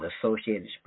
associated